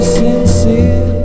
sincere